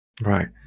Right